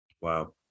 Wow